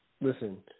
listen